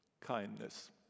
kindness